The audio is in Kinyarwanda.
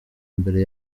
mbere